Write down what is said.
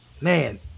man